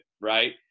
right